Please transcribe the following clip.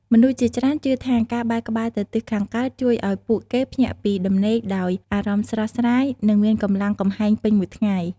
មនុស្សជាច្រើនជឿថា ការបែរក្បាលទៅទិសខាងកើតជួយឱ្យពួកគេភ្ញាក់ពីដំណេកដោយអារម្មណ៍ស្រស់ស្រាយ និងមានកម្លាំងកំហែងពេញមួយថ្ងៃ។